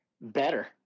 better